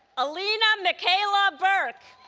alina michaella burke